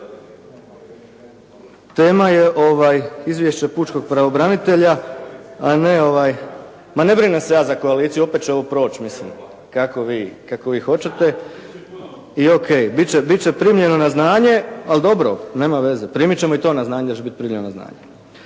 tema je izvješće pučkog pravobranitelja. Ajme, ovaj, ma ne brinem se ja za koaliciju. Opet će ovo proći, mislim. Kako vi, kako vi hoćete. I OK. Bit će, bit će primljeno na znanje. Ali dobro, nema veze. Primit ćemo i to na znanje da će biti primljeno na znanje.